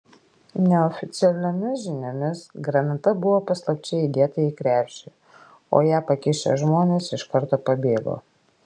neoficialiomis žiniomis granata buvo paslapčia įdėta į krepšį o ją pakišę žmonės iš karto pabėgo